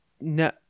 no